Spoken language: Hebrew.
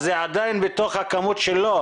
אז זה עדיין בתוך הכמות שלו.